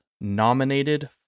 nominated